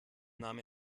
nahm